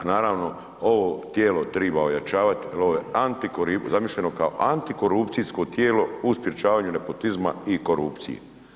A naravno ovo tijelo treba ojačavati jer ovo je zamišljeno kao antikorupcijsko tijelo u sprječavanju nepotizma i korupcije.